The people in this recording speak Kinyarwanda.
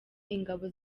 ingabo